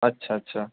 अच्छा अच्छा